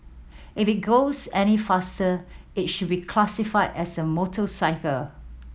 if it goes any faster it should be classified as a motorcycle